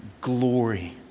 glory